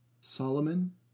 Solomon